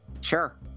Sure